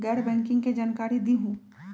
गैर बैंकिंग के जानकारी दिहूँ?